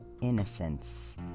Innocence